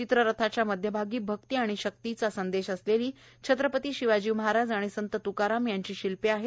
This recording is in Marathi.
चित्ररथाच्या मध्यभागी भक्ती आणि शक्तीचा संदेश असलेली छत्रपती शिवाजी महाराज आणि संत त्काराम यांची शिल्प आहेत